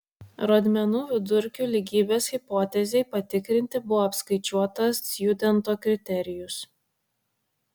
rodmenų vidurkių lygybės hipotezei patikrinti buvo apskaičiuotas stjudento kriterijus